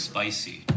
Spicy